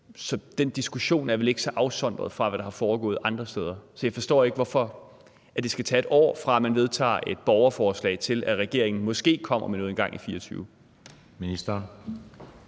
Så den diskussion er vel ikke så afsondret fra det, der er foregået andre steder. Så jeg forstår ikke, hvorfor det skal tage et år, fra man vedtager et borgerforslag, til regeringen måske kommer med noget engang i 2024.